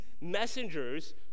messengers